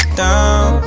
down